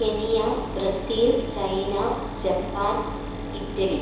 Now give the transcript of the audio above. Kenya Brazil China Japan Italy